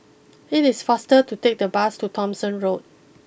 it is faster to take the bus to Thomson Road